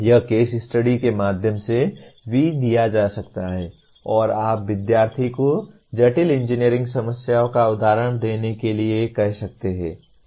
यह case study के माध्यम से भी दिया जा सकता है और आप विद्यार्थियों को जटिल इंजीनियरिंग समस्याओं का उदाहरण देने के लिए कह सकते हैं